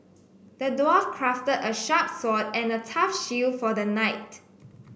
the dwarf crafted a sharp sword and a tough shield for the knight